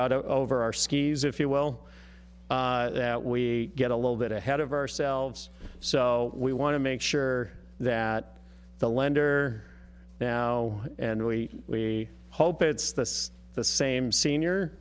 out over our skis if you well that we get a little bit ahead of ourselves so we want to make sure that the lender now and we hope it's this the same senior